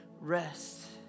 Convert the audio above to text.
rest